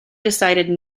decided